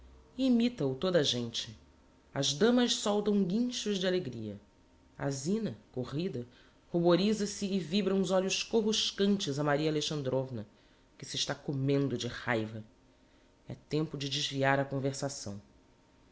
imita o toda a gente as damas soltam guinchos de alegria a zina corrida ruboriza se e vibra uns olhos coruscantes a maria alexandrovna que se está comendo de raiva é tempo de desviar a conversação